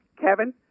Kevin